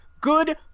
good